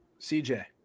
CJ